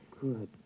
Good